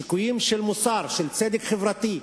שיקולים של מוסר, של צדק חברתי.